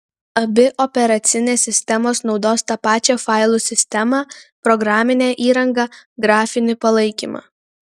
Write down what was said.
abi operacinės sistemos naudos tą pačią failų sistemą programinę įrangą grafinį palaikymą